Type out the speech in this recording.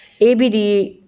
ABD